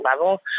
level